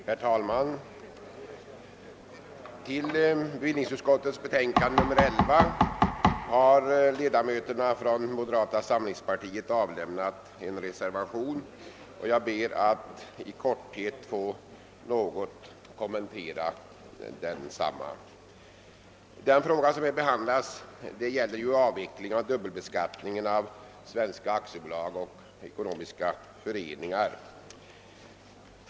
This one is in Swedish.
Herr talman! Till bevillningsutskottets betänkande nr 11 har ledamöterna från moderata samlingspartiet avlämnat en reservation, och jag ber att i korthet få något kommentera densamma. Den fråga som här behandlas gäller avveckling av dubbelbeskattningen av svenska aktiebolag och ekonomiska föreningar.